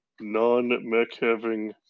non-mech-having